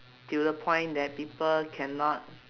till the point that people cannot